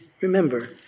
remember